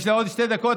יש לי עוד שתי דקות,